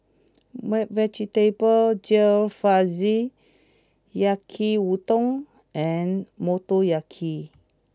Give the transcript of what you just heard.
Vegetable Jalfrezi Yaki udon and Motoyaki